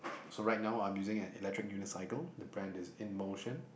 so right now I'm using an electric unicycle the brand is in Motion